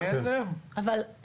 אבל,